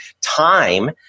time –